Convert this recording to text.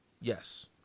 Yes